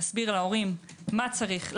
להסביר להורים למה צריך,